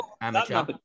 amateur